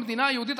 במדינה היהודית,